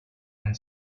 and